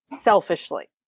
selfishly